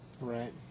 Right